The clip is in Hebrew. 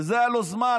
לזה היה לו זמן,